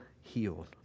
healed